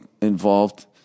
involved